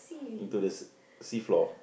into the sea sea floor